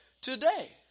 today